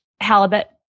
Halibut